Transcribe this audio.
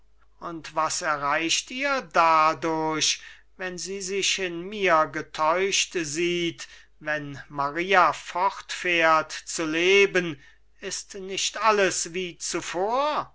und was erreicht ihr dadurch wenn sie sich in mir getäuscht sieht wenn maria fortfährt zu leben ist nicht alles wie zuvor